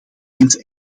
eens